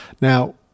Now